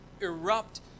erupt